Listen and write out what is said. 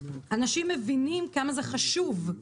אנשים מבינים כמה זה חשוב.